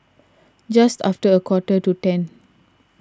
just after a quarter to ten